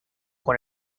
con